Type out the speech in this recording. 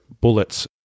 bullet's